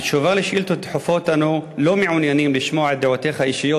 בתשובה על שאילתות דחופות אנו לא מעוניינים לשמוע את דעותיך האישיות,